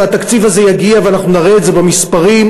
והתקציב הזה יגיע ואנחנו נראה את זה במספרים,